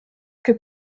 que